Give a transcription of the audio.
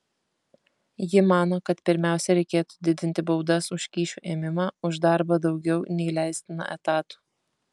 ji mano kad pirmiausia reikėtų didinti baudas už kyšių ėmimą už darbą daugiau nei leistina etatų